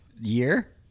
Year